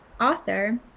author